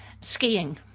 Skiing